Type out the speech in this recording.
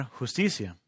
justicia